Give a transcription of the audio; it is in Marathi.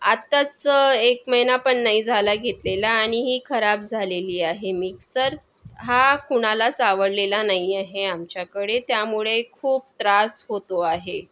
आत्ताच एक महिना पण नाही झाला घेतलेला आणि ही खराब झालेली आहे मिक्सर हा कुणालाच आवडलेला नाही आहे आमच्याकडे त्यामुळे खूप त्रास होतो आहे